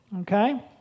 Okay